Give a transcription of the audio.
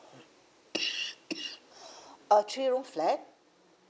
a three room flat